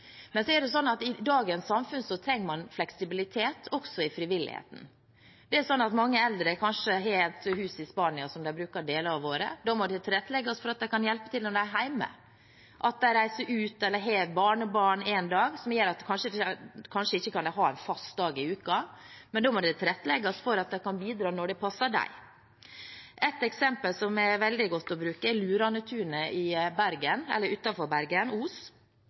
Men i dagens samfunn trenger man fleksibilitet, også i frivilligheten. Mange eldre har kanskje et hus i Spania som de bruker deler av året. Da må det tilrettelegges for at de kan hjelpe til når de er hjemme. De reiser kanskje ut eller har barnebarn en dag, slik at de ikke kan ha en fast dag i uka, men da må det tilrettelegges for at de kan bidra når det passer dem. Et veldig godt eksempel er Luranetunet utenfor Bergen – Os – der de har fått inn omtrent alt av lag og frivillige organisasjoner til å bidra. Til og med Amcar-klubben er